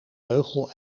beugel